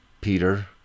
Peter